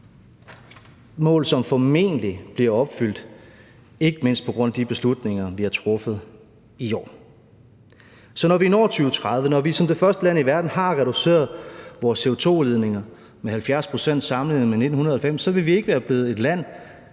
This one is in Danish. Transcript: mål, som formentlig bliver opfyldt – ikke mindst på grund af de beslutninger, vi har truffet i år. Så når vi når 2030; når vi som det første land i verden har reduceret vores CO2-udledninger med 70 pct. sammenlignet med 1990, så vil vi ikke være blevet et land,